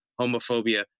homophobia